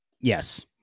Yes